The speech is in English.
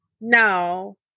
no